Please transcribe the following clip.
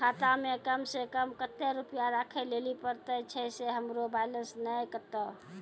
खाता मे कम सें कम कत्ते रुपैया राखै लेली परतै, छै सें हमरो बैलेंस नैन कतो?